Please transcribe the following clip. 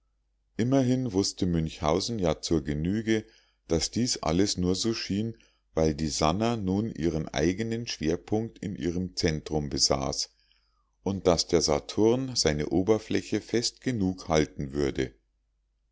immerhin wußte münchhausen ja zur genüge daß dies alles nur so schien weil die sannah nun ihren eigenen schwerpunkt in ihrem zentrum besaß und daß der saturn seine oberfläche fest genug halten würde